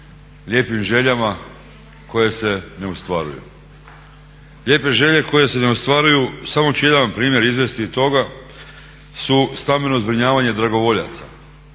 lijepim željama koje se ne ostvaruju. Lijepe želje koje se ne ostvaruju samo ću jedan primjer izvesti iz toga su stambeno zbrinjavanje dragovoljaca.